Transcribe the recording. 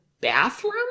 bathroom